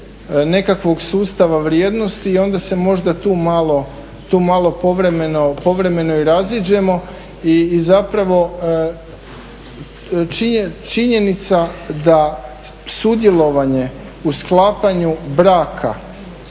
nekakvog sustava vrijednosti i onda se možda tu malo povremeno i raziđemo i zapravo činjenica da sudjelovanje u sklapanju braka